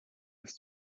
his